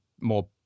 more